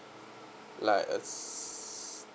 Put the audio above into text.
like a